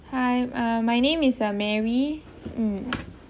hi uh my name is uh mary mm